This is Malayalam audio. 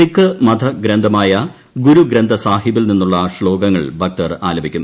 സിക്ക് മതഗ്രന്ഥമായ ഗുരുഗ്രന്ഥ സാഹിബിൽ നിന്നുള്ള ശ്ലോകങ്ങൾ ഭക്തർ ആലപിക്കും